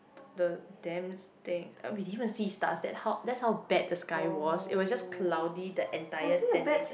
the damn thing we didn't even see stars that that's how bad the sky was it was just cloudy the entire ten days eh